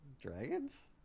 dragons